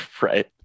Right